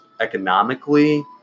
economically